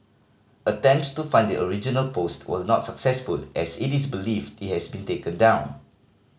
attempts to find the original post was not successful as it is believed it has been taken down